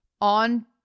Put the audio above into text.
on